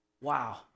Wow